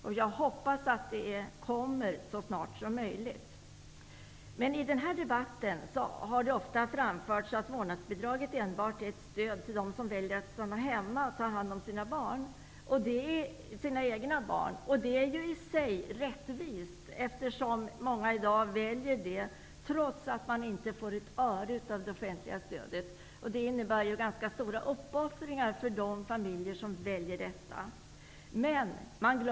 Men jag hoppas att det snarast blir möjligt. I debatten har det ofta framförts att vårdnadsbidraget enbart är ett stöd till dem som väljer att stanna hemma och ta hand om sina egna barn. I sig är det rättvist, eftersom många i dag väljer det alternativet trots att de inte får ett öre i offentligt stöd. Det innebär alltså ganska stora uppoffringar för de familjer som väljer detta alternativ.